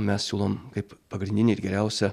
mes siūlom kaip pagrindinį ir geriausią